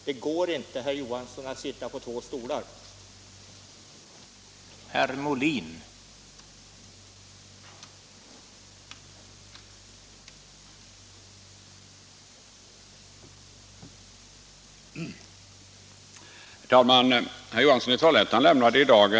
Det går inte, herr Johansson, att sitta på två stolar samtidigt.